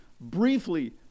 briefly